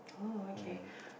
oh okay